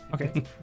Okay